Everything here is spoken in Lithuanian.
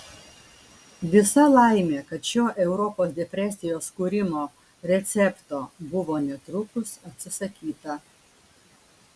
visa laimė kad šio europos depresijos kūrimo recepto buvo netrukus atsisakyta